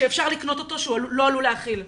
שאפשר לקנות אותו ושהוא לא עלול להכיל שומשום.